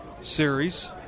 series